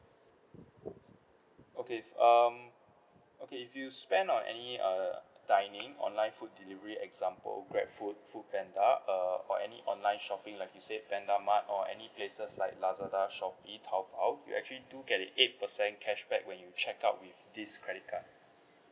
okay um okay if you spend on any err dining online food delivery example grab food food panda uh or any online shopping like you said panda mart or any places like lazada shopee taobao you actually do get a eight percent cashback when you check out with this credit card